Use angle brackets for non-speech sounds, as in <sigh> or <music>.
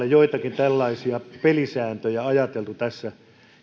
<unintelligible> joitakin tällaisia pelisääntöjä ajateltu tässä